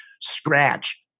scratch